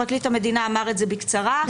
פרקליט המדינה אמר את זה בקצרה.